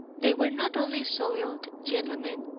they were not only soiled, gentlemen,